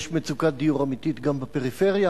יש מצוקת דיור אמיתית גם בפריפריה.